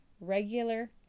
regular